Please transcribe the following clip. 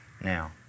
Now